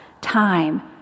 time